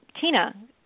Tina